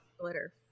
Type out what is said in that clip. glitter